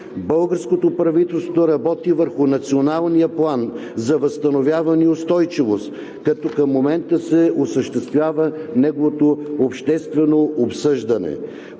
Българското правителство работи върху Националния план за възстановяване и устойчивост, като към момента се осъществява неговото обществено обсъждане.